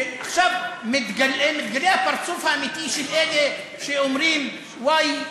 עכשיו מתגלה הפרצוף האמיתי של אלה שאומרים: וואי,